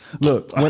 Look